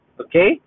Okay